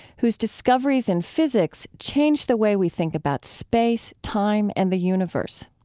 whose discoveries in physics changed the way we think about space, time and the universe.